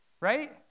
right